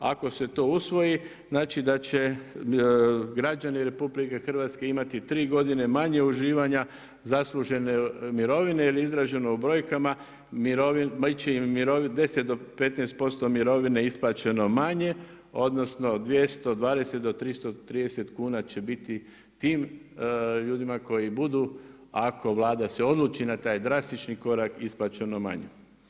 Ako se to usvoji da će građani RH imati tri godine manje uživanja zaslužene mirovine jer izraženo u brojkama bit će im 10 do 15% mirovine isplaćeno manje odnosno 220 do 330 kuna će biti tim ljudima koji budu ako Vlada se odluči na taj drastični korak isplaćeno manje.